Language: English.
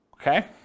Okay